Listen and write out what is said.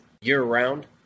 year-round